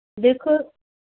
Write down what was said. ਦੇਖੋ